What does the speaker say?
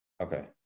Okay